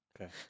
Okay